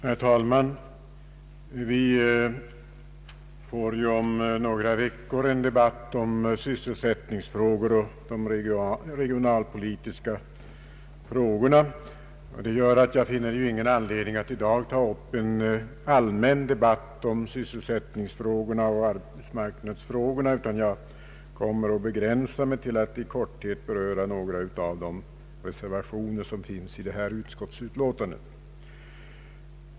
Herr talman! Vi får ju om några veckor en debatt beträffande sysselsättningsfrågor och regionalpolitiska frågor. Detta gör att jag icke finner an ledning att i dag ta upp en allmän debatt om sysselsättningsoch arbetsmarknadsfrågorna, utan jag kommer att begränsa mig till att i korthet beröra några av de reservationer som finns i detta utlåtande.